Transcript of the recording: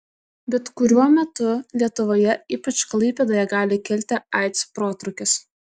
bet kuriuo metu lietuvoje ypač klaipėdoje gali kilti aids protrūkis